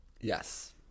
Yes